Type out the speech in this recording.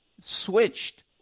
switched